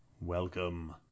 Welcome